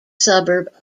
suburb